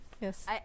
Yes